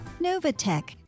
Novatech